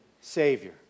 Savior